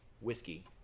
whiskey